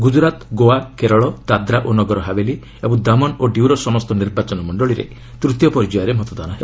ଗୁଜୁରାଟ ଗୋଆ କେରଳ ଦାଦ୍ରା ଓ ନଗରହାବେଳୀ ଏବଂ ଦାମନ ଓ ଡିଉର ସମସ୍ତ ନିର୍ବାଚନମଣ୍ଡଳୀରେ ତୂତୀୟ ପର୍ଯ୍ୟାୟରେ ମତଦାନ ହେବ